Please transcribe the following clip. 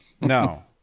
No